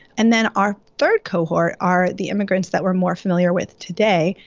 and then our third cohort are the immigrants that we're more familiar with today,